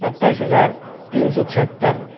सत्ताईस हज़ार तीन सौ छिहत्तर